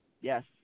Yes